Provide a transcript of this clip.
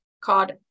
called